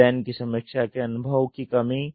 design की समीक्षा के अनुभव की कमी